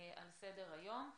על סדר היום.